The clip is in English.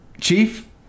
Chief